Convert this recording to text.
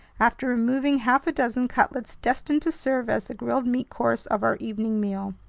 after removing half a dozen cutlets destined to serve as the grilled meat course of our evening meal.